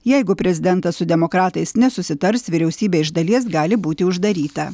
jeigu prezidentas su demokratais nesusitars vyriausybė iš dalies gali būti uždaryta